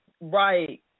Right